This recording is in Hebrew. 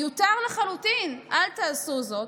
מיותר לחלוטין, אל תעשו זאת,